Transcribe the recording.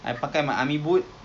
okay um